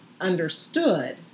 understood